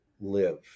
live